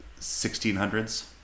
1600s